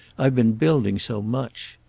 i've been building so much.